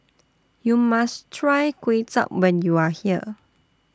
YOU must Try Kway Chap when YOU Are here